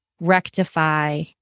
rectify